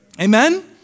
Amen